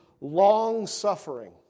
long-suffering